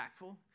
impactful